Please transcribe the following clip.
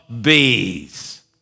bees